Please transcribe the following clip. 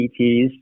PTs